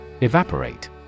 Evaporate